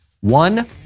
One